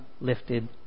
lifted